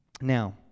now